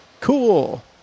Cool